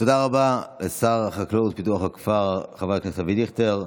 תודה רבה לשר החקלאות ופיתוח הכפר חבר הכנסת אבי דיכטר.